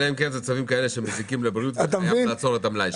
אלא אם כן אלה צווים שמזיקים לבריאות וצריך לעצור את המלאי.